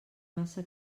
massa